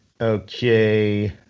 Okay